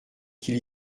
qu’il